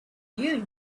you